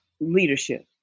leadership